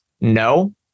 No